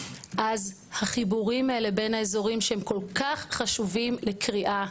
אז החיבורים האלה בין האזורים שהם כל כך חשובים לקריאה,